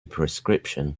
prescription